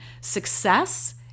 Success